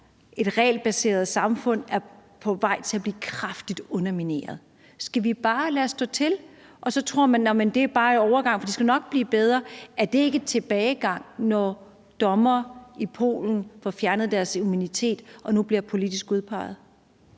et regelbaseret samfund er på vej til at blive kraftigt undermineret. Skal vi bare lade stå til? Og man tror så, at det bare er en overgang, og at det nok skal blive bedre. Er det ikke en tilbagegang, når dommere i Polen får fjernet deres immunitet og nu bliver politisk udpeget?